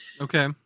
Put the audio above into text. Okay